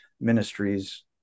ministries